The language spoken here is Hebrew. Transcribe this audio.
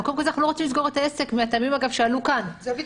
אז קודם כול, אנחנו לא